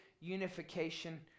unification